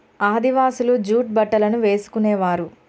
ఆదివాసులు జూట్ బట్టలను వేసుకునేవారు